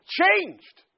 changed